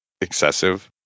excessive